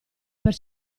per